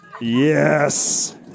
Yes